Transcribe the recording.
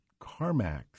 CarMax